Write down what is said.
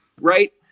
right